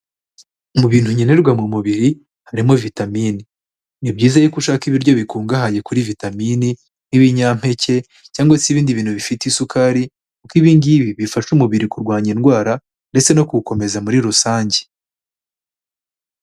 Mu bintu nkenerwa mu mubiri, harimo vitamini. Ni byiza yuko ushaka ibiryo bikungahaye kuri vitamini, nk'ibinyampeke cyangwa se ibindi bintu bifite isukari, kuko ibi ngibi bifasha umubiri kurwanya indwara, ndetse no kuwukomeza muri rusange.